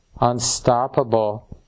unstoppable